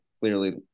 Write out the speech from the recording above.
clearly